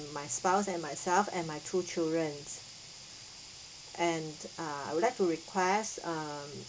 my spouse and myself and my two children and uh I would like to request um